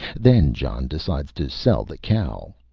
then john decides to sell the cow.